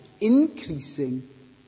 increasing